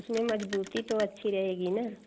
उसमें मज़बूती तो अच्छी रहेगी ना